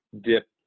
dip